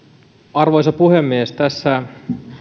arvoisa puhemies tässä